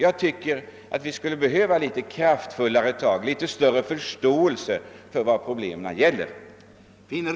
Jag tycker att vi behöver kraftfullare tag och större förståelse för vad problemen gäller.